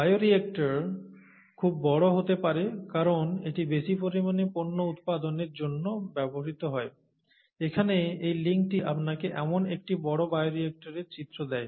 bioreactor খুব বড় হতে পারে কারণ এটি বেশি পরিমাণে পণ্য উৎপাদনের জন্য ব্যবহৃত হয় এখানে এই লিঙ্কটি আপনাকে এমন একটি বড় বায়োরিয়্যাক্টরের চিত্র দেয়